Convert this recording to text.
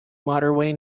motorway